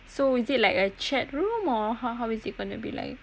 so is it like a chat room or how how is it going to be like